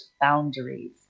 boundaries